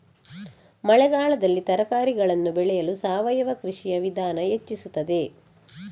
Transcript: ಮಳೆಗಾಲದಲ್ಲಿ ತರಕಾರಿಗಳನ್ನು ಬೆಳೆಯಲು ಸಾವಯವ ಕೃಷಿಯ ವಿಧಾನ ಹೆಚ್ಚಿಸುತ್ತದೆ?